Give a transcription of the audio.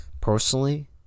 personally